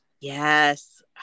Yes